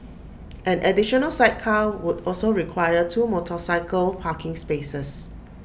an additional sidecar would also require two motorcycle parking spaces